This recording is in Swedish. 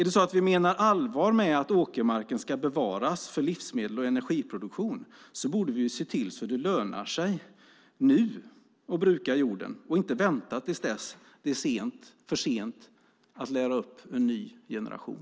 Menar vi allvar med att åkermarken ska bevaras för livsmedels och energiproduktion borde vi se till att det lönar sig att bruka jorden nu och inte vänta tills det är för sent att lära upp en ny generation.